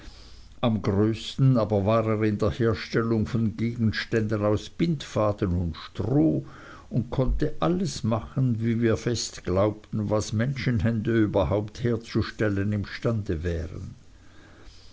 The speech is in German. am größten war er aber in der herstellung von gegenständen aus bindfaden und stroh und konnte alles machen wie wir fest glaubten was menschenhände überhaupt herzustellen imstande waren